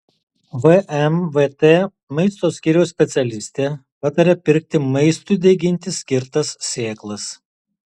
vmvt maisto skyriaus specialistė pataria pirkti maistui daiginti skirtas sėklas